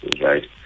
right